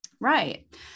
Right